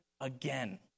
again